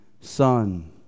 son